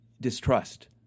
Distrust